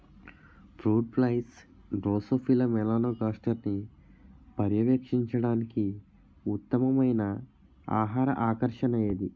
Fruit flies drosophila మెలనోగాస్టర్ని పర్యవేక్షించడానికి ఉత్తమమైన ఆహార ఆకర్షణ ఏది?